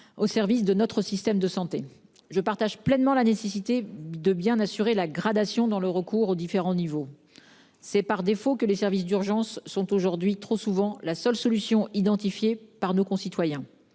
Au service de notre système de santé. Je partage pleinement la nécessité de bien assurer la gradation dans le recours aux différents niveaux. C'est par défaut que les services d'urgence sont aujourd'hui trop souvent la seule solution identifiée par nos concitoyens.